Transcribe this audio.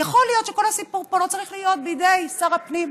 יכול להיות שכל הסיפור פה לא צריך להיות בידי שר הפנים.